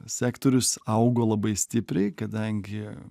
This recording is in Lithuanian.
sektorius augo labai stipriai kadangi